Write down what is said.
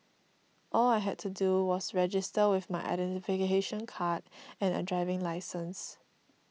all I had to do was register with my identification card and a driving licence